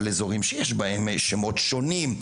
על אזורים שיש בהם שמות שונים,